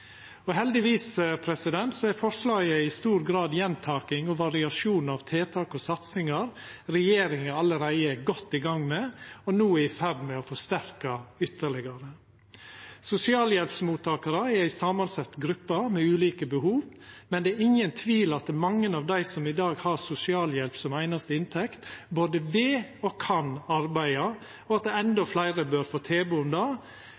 Heldigvis er forslaget i stor grad gjentaking av og variasjonar over tiltak og satsingar som regjeringa allereie er godt i gang med, og no er i ferd med å forsterka ytterlegare. Sosialhjelpsmottakarar er ei samansett gruppe med ulike behov, men det er ingen tvil om at mange av dei som i dag har sosialhjelp som einaste inntekt, både vil og kan arbeida, og at endå